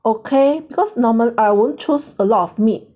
okay because normal I won't choose a lot of meat